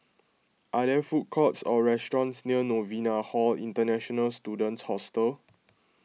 are there food courts or restaurants near Novena Hall International Students Hostel